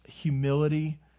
humility